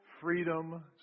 freedom